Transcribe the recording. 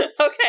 Okay